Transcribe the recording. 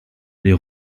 les